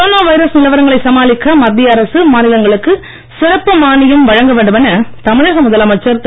corona virus நிலவரங்களை சமாளிக்க மத்திய அரசு மாநிலங்களுக்கு சிறப்பு மானியம் வழங்க வேண்டுமென தமிழக முதலமைச்சர் திரு